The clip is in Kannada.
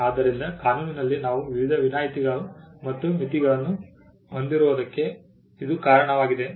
ಆದ್ದರಿಂದ ಕಾನೂನಿನಲ್ಲಿ ನಾವು ವಿವಿಧ ವಿನಾಯಿತಿಗಳು ಮತ್ತು ಮಿತಿಗಳನ್ನು ಹೊಂದಿರುವುದಕ್ಕೆ ಇದು ಕಾರಣವಾಗಿದೆ